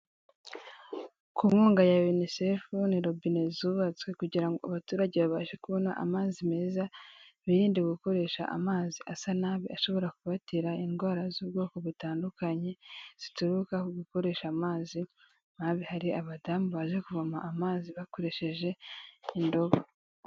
Ku nkunga ya yunisefu ni robine zubatswe kugira ngo abaturage babashe kubona amazi meza, birinde gukoresha amazi asa nabi ashobora kubatera indwara z'ubwoko butandukanye zituruka ku gukoresha amazi mabi, hari abadamu baje kuvoma amazi bakoresheje indobo.